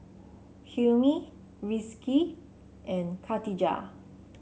Hilmi Rizqi and Katijah